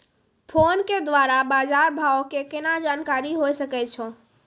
Phone के द्वारा बाज़ार भाव के केना जानकारी होय सकै छौ?